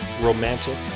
romantic